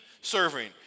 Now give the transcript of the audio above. serving